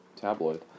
tabloid